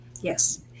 Yes